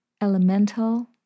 elemental